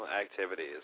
activities